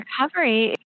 recovery